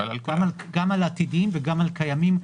גם על עתידיים וגם על קיימים,